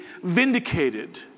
vindicated